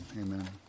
Amen